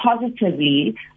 positively